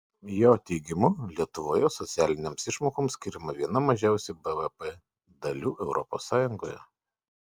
jo teigimu lietuvoje socialinėms išmokoms skiriama viena mažiausių bvp dalių europos sąjungoje